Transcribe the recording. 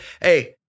hey